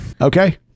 Okay